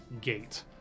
gate